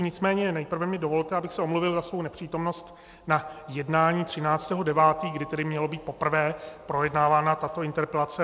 Nicméně nejprve mi dovolte, abych se omluvil za svou nepřítomnost na jednání 13. 9., kdy měla být poprvé projednávána tato interpelace.